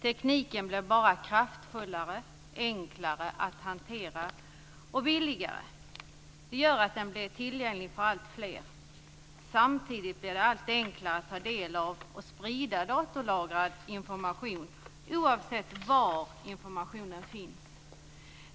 Tekniken blir bara kraftfullare, enklare att hantera och billigare. Det gör att den blir tillgänglig för alltfler. Samtidigt blir det allt enklare att ta del av och sprida datalagrad information oavsett var informationen finns.